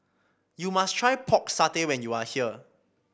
you must try Pork Satay when you are here